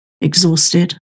exhausted